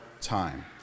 time